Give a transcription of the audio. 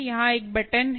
यहाँ एक बटन है